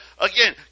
again